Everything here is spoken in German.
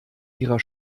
ihrer